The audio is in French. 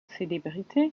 célébrités